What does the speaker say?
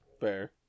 Fair